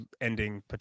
ending